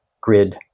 grid